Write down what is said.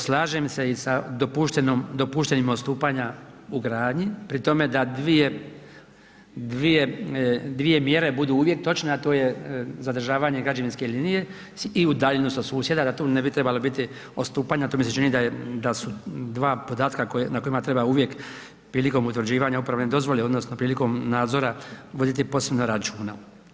Slažem se i sa dopuštenim odstupanja u gradnji pri tome da dvije mjere budu uvjet točno, a to je zadržavanje građevinske linije i udaljenost sa susjeda, da tu ne bi trebale biti odstupanja, to mi se čini da su dva podatka na kojima treba uvijek prilikom utvrđivanja uporabne dozvole odnosno prilikom nadzora voditi posebno računa.